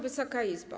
Wysoka Izbo!